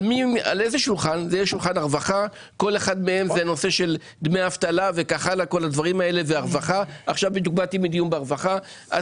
הם יגיעו לקבל דמי אבטלה, יגיעו לרווחה.